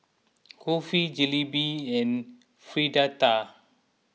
Kulfi Jalebi and Fritada